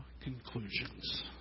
conclusions